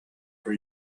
for